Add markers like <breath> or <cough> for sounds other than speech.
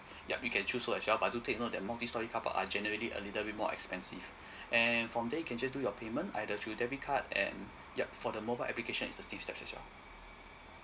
yup you can choose so as well but do take note that multi storey carpark are generally a little more expensive <breath> and from there you can just do your payment either through debit card and yup for the mobile application is the same steps as well